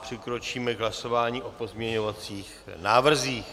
Přikročíme k hlasování o pozměňovacích návrzích.